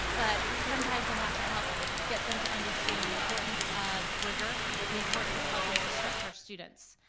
but sometimes we have to help ah get them to understand the importance of rigor and the importance of helping to stretch our students,